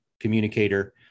communicator